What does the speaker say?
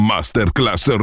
Masterclass